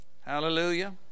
hallelujah